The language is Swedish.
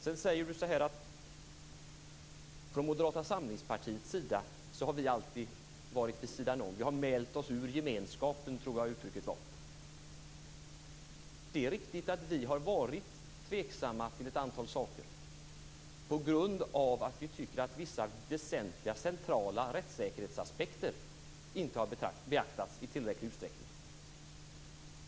Sedan sade Lars-Erik Lövdén att vi från Moderata samlingspartiets sida alltid har varit vid sidan av, att vi har mält ut oss från gemenskapen. Det är riktigt att vi har varit tveksamma till ett antal saker, på grund av att vi tycker att vissa väsentliga centrala rättssäkerhetsaspekter inte har beaktats i tillräcklig utsträckning.